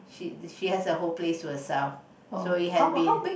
she she has the whole place to herself so it has been